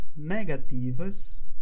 negativas